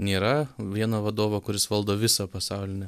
nėra vieno vadovo kuris valdo visą pasaulinę